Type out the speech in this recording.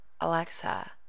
Alexa